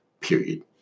period